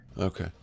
Okay